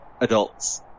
adults